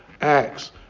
acts